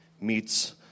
meets